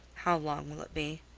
how long will it be?